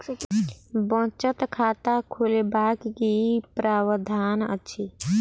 बचत खाता खोलेबाक की प्रावधान अछि?